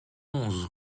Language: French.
onze